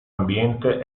ambiente